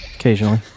Occasionally